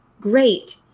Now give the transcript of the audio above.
Great